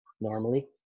normally